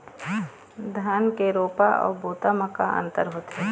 धन के रोपा अऊ बोता म का अंतर होथे?